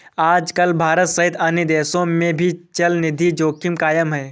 आजकल भारत सहित अन्य देशों में भी चलनिधि जोखिम कायम है